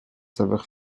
saveur